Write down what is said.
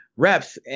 reps